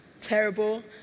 terrible